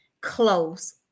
close